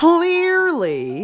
Clearly